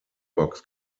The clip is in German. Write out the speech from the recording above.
box